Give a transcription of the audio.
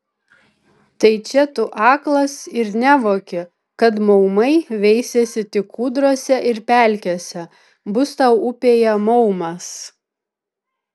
tai čia tu aklas ir nevoki kad maumai veisiasi tik kūdrose ir pelkėse bus tau upėje maumas